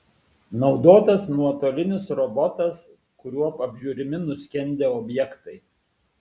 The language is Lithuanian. naudotas nuotolinis robotas kuriuo apžiūrimi nuskendę objektai